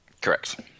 Correct